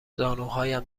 زانوهایم